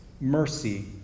mercy